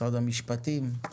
משרד המשפטים,